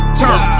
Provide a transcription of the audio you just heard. turn